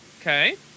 Okay